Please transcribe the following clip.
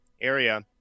area